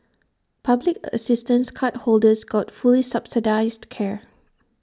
public assistance cardholders got fully subsidised care